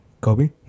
Kobe